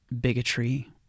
bigotry